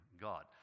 God